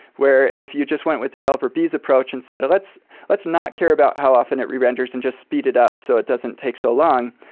where if you just went with developer b's approach and said, let's let's not care about how often it re-renders and just speed it up so it doesn't take so long,